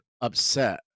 upset